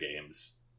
games